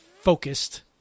focused